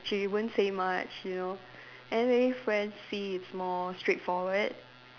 she won't say much you know and then maybe friend C is more straightforward